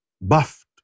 buffed